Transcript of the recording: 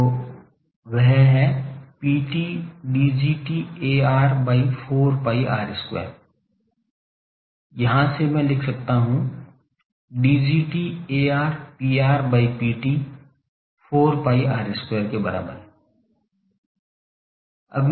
तो वह है Pt Dgt Ar by 4 pi R square यहां से मैं लिख सकता हूं Dgt Ar Pr by Pt 4 pi R square के बराबर है